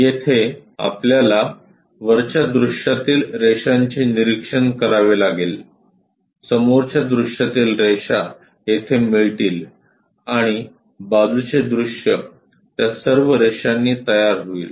येथे आपल्याला वरच्या दृश्यातील रेषांचे निरीक्षण करावे लागेल समोरच्या दृश्यातील रेषा येथे मिळतील आणि बाजूचे दृश्य त्या सर्व रेषांनी तयार होईल